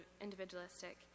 individualistic